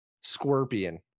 scorpion